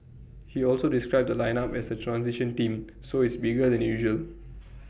he also described the lineup as A transition team so it's bigger than usual